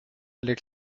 les